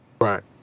Right